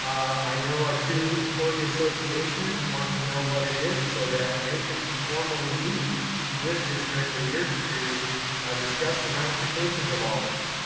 i know our two employee associations want to know what it is so that they can formally meet with district leaders to discuss the ramifications of all of this.